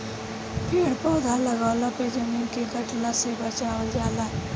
पेड़ पौधा लगवला से जमीन के कटला से बचावल जाला